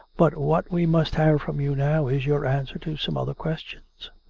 but what we must have from you now is your answer to some other questions.